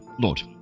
Lord